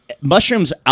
Mushrooms